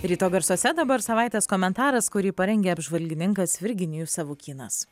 ryto garsuose dabar savaitės komentaras kurį parengė apžvalgininkas virginijus savukynas